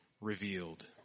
revealed